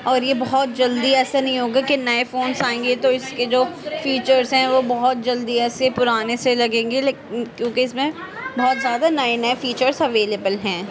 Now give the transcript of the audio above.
اور یہ بہت جلدی ایسا نہیں ہوگا کہ نئے فونس آئیں گے تو اس کے جو فیچرس ہیں وہ بہت جلدی ایسے پرانے سے لگیں گے کیونکہ اس میں بہت زیادہ نئے نئے فیچرس اویلیبل ہیں